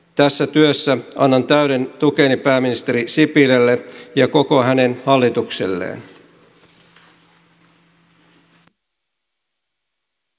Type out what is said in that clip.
tässä työssä annan täyden tukeni pääministeri sipilälle ja koko hänen hallitukselleen